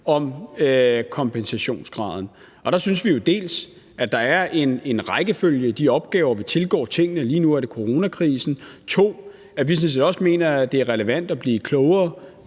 om kompensationsgraden. Der synes vi jo, dels at der er en rækkefølge i de opgaver, vi tilgår tingene i – lige nu er det coronakrisen – dels at vi sådan set også mener, at det er relevant at blive klogere